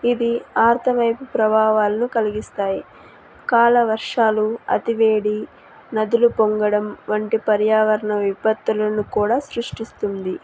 ఇది ఆర్తవైపు ప్రభావాలను కలిగిస్తాయి అకాల వర్షాలు అతివేడి నదులు పొంగడం వంటి పర్యావరణ విపత్తులను కూడా సృష్టిస్తుంది